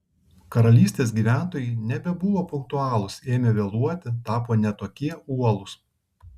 karalystės gyventojai nebebuvo punktualūs ėmė vėluoti tapo ne tokie uolūs